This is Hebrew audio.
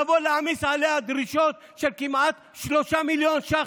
לבוא ולהעמיס עליה דרישות של כמעט 3 מיליון ש"ח,